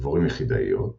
דבורים יחידאיות –